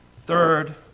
Third